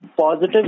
positive